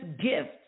gift